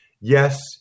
Yes